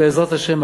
בעזרת השם,